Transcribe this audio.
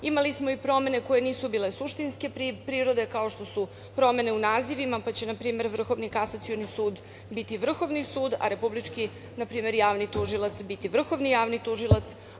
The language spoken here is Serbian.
Imali smo i promene koje nisu bile suštinske prirode, kao što su promene u nazivima, pa će npr. Vrhovni kasacioni sud biti Vrhovni sud, a republički, npr. javni tužilac biti vrhovni javni tužilac.